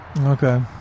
Okay